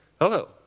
Hello